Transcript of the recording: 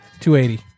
280